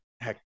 heck